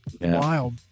Wild